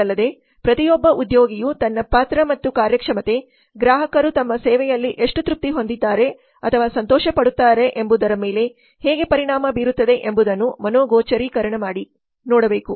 ಇದಲ್ಲದೆ ಪ್ರತಿಯೊಬ್ಬ ಉದ್ಯೋಗಿಯು ತನ್ನ ಪಾತ್ರ ಮತ್ತು ಕಾರ್ಯಕ್ಷಮತೆ ಗ್ರಾಹಕರು ತಮ್ಮ ಸೇವೆಯಲ್ಲಿ ಎಷ್ಟು ತೃಪ್ತಿ ಹೊಂದಿದ್ದಾರೆ ಅಥವಾ ಸಂತೋಷಪಡುತ್ತಾರೆ ಎಂಬುದರ ಮೇಲೆ ಹೇಗೆ ಪರಿಣಾಮ ಬೀರುತ್ತದೆ ಎಂಬುದನ್ನು ಮನೋಗೋಚರಿಕರಣ ಮಾಡಿ ನೋಡ ಬೇಕು